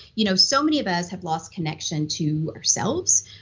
you know so many of us have lost connection to ourselves,